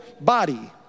body